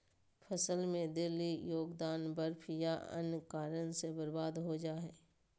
फसल में देल योगदान बर्फ या अन्य कारन से बर्बाद हो जा हइ